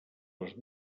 les